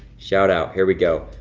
shout-out, here we go.